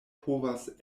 povas